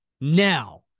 Now